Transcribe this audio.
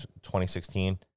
2016